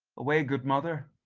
away good mother,